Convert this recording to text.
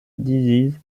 disease